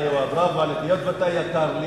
בראבו עליך, היות שאתה יקר לי,